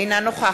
אינה נוכחת